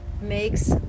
makes